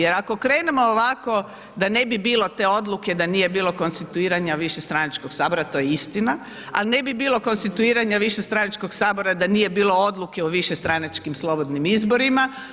Jer ako krenemo ovako da ne bi bilo te odluke da nije bilo konstituiranja višestranačkog sabora, to je istina, ali ne bi bilo konstituiranja višestranačkog Sabora da nije bilo odluke o višestranačkim slobodnim izborima.